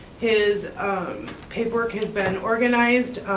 his paperwork has been organized,